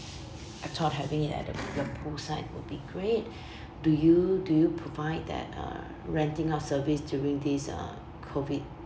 I thought having it at the bigger poolside would be great do you do you provide that uh renting out service during this uh COVID